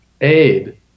aid